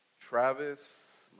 Travis